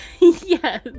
Yes